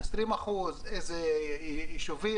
ה-20 אחוזים, איזה ישובים.